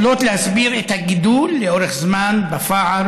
יכולה להסביר את הגידול לאורך זמן בפער